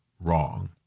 wrong